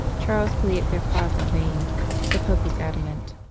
charles pleaded their cause in vain the pope was adamant,